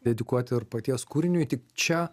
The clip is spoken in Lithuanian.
dedikuoti ir paties kūriniui tik čia